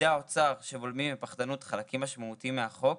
פקידי האוצר שבולמים בפחדנות חלקים משמעותיים מהחוק,